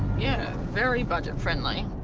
yeah, very budget-friendly.